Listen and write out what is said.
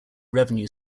revenue